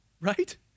Right